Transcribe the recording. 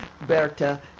Berta